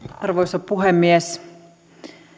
arvoisa puhemies